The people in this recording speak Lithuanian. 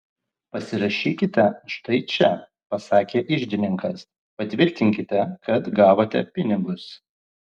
pasirašykite štai čia pasakė iždininkas patvirtinkite kad gavote pinigus